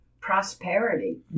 Prosperity